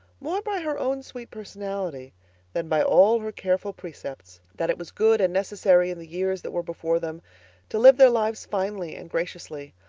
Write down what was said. more by her own sweet personality than by all her careful precepts, that it was good and necessary in the years that were before them to live their lives finely and graciously,